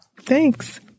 Thanks